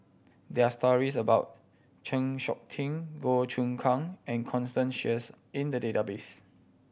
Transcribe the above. there are stories about Chng Seok Tin Goh Choon Kang and Constance Sheares in the database